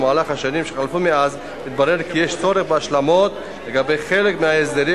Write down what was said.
במהלך השנים שחלפו מאז התברר כי יש צורך בהשלמות לגבי חלק מההסדרים,